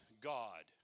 God